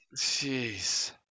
Jeez